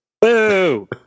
Boo